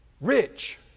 Rich